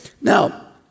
Now